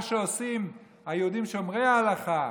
מה שעושים היהודים שומרי ההלכה,